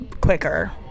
Quicker